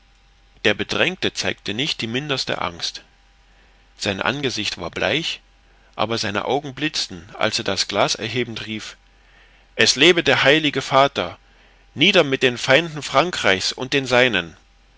der bedrängte zeigte nicht die mindeste angst sein angesicht war bleich aber seine augen blitzten als er das glas erhebend rief es lebe der heilige vater nieder mit den feinden frankreich's und den seinen